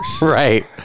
right